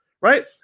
right